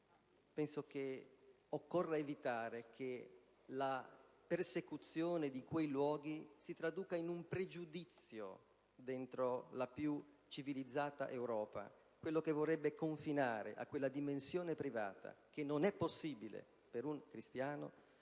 Penso che occorra evitare che la persecuzione di quei luoghi si traduca in un pregiudizio all'interno della più civilizzata Europa, che vorrebbe confinare a quella dimensione privata, che non è possibile per un cristiano,